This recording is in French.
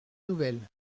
nouvelle